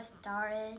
started